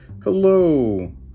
Hello